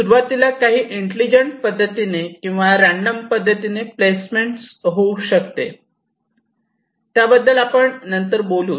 सुरुवातीला काही इंटेलिजंट पद्धतीने किंवा रॅन्डम पद्धतीने प्लेसमेंट शकते त्याबद्दल आपण नंतर बोलु